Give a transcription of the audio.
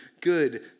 good